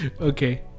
Okay